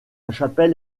chapelle